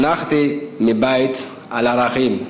חונכתי מבית על ערכים,